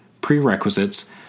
Prerequisites